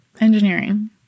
Engineering